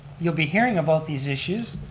you'll be hearing about these issues,